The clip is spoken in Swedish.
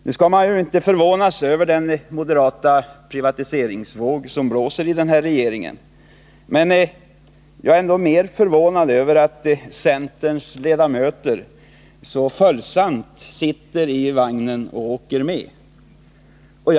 Nu skall ingen förvånas över den moderata privatiseringsvåg som drar fram i regeringen, men jag är förvånad över att centerns ledamöter åker med så följsamt.